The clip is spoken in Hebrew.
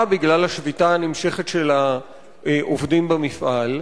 בגלל השביתה הנמשכת של העובדים במפעל,